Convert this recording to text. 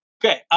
Okay